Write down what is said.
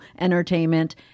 entertainment